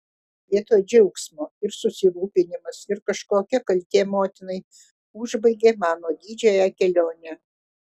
vietoj džiaugsmo ir susirūpinimas ir kažkokia kaltė motinai užbaigė mano didžiąją kelionę